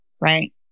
right